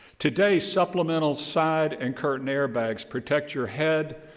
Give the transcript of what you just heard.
today, supplemental side and current and air bags protect your head,